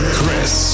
Chris